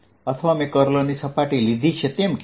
અથવા મેં કર્લની કસોટી લીધી તેમ કહેવાય